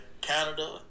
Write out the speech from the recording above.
canada